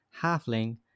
Halfling